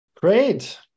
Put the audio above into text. great